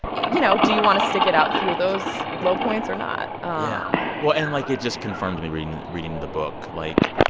you know, do you want to stick it out through those low points or not? yeah. um well, and like it just confirmed to me reading reading the book, like,